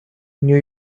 new